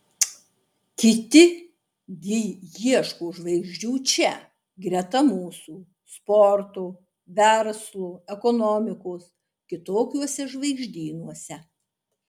kiti gi ieško žvaigždžių čia greta mūsų sporto verslo ekonomikos kitokiuose žvaigždynuose